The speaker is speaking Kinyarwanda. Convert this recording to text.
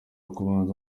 kubanza